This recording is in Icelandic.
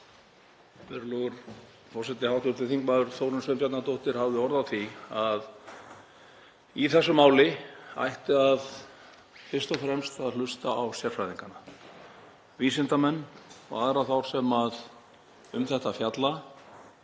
Virðulegur forseti. Hv. þm. Þórunn Sveinbjarnardóttir hafði orð á því að í þessu máli ætti fyrst og fremst að hlusta á sérfræðingana, vísindamenn og aðra þá sem um þetta fjalla.